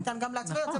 טוב,